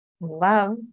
Love